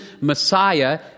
Messiah